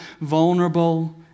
vulnerable